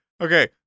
Okay